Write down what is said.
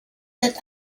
that